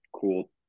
cool